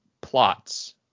plots